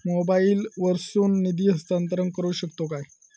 मोबाईला वर्सून निधी हस्तांतरण करू शकतो काय?